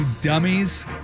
dummies